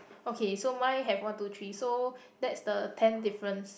okay so mine have one two three so that's the ten difference